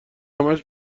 همش